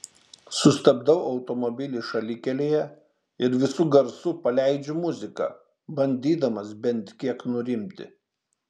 sustabdau automobilį šalikelėje ir visu garsu paleidžiu muziką bandydamas bent kiek nurimti